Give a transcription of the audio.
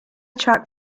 track